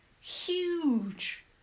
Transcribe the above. huge